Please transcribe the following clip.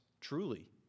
Truly